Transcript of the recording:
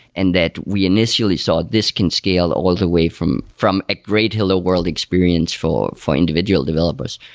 and that we initially saw this can scale all the way from from a great hello world experience for for individual developers,